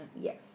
Yes